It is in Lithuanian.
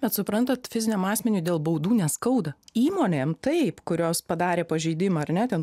bet suprantat fiziniam asmeniui dėl baudų neskauda įmonėm taip kurios padarė pažeidimą ar ne ten